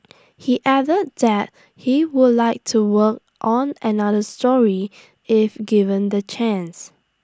he added that he would like to work on another story if given the chance